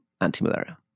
anti-malaria